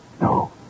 No